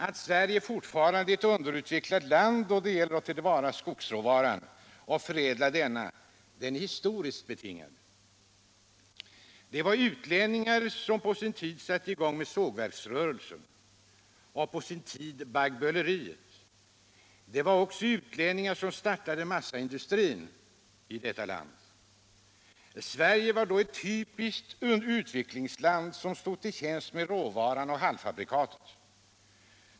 Att Sverige fortfarande är ett underutvecklat land då det gäller att ta till vara skogsråvaran och förädla denna är historiskt betingat. Det var utlänningar som satte i gång med sågverksrörelsen och på sin tid baggböleriet. Det var också utlänningar som startade massaindustrin. Sverige var då ett typiskt utvecklingsland som stod till tjänst med råvaran och halvfabrikatet.